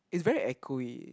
is very echo-y